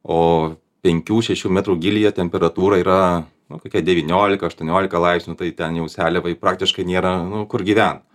o penkių šešių metrų gylyje temperatūra yra nu kokia devyniolika aštuoniolika laipsnių tai ten jau seliavai praktiškai nėra nu kur gyvent